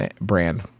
brand